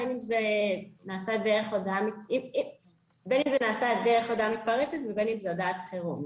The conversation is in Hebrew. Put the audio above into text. בין אם זה נעשה דרך הודעה מתפרצת ובין אם זו הודעת חירום,